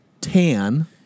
tan